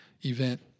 event